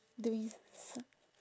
doing some~